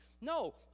No